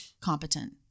competent